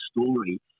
story